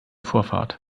vorfahrt